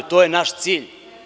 To je naš cilj.